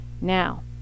Now